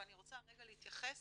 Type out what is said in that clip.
אבל אני רוצה רגע להתייחס